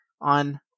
on